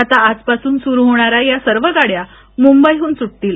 आता आजपासून सुरू होणार्या या सर्व गाड्या मुंबईहून सुटतील